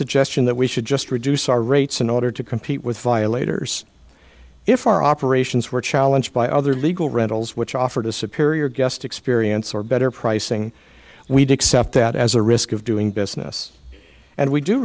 suggestion that we should just reduce our rates in order to compete with violators if our operations were challenged by other legal rentals which offered a superior guest experience or better pricing we do except that as a risk of doing business and we do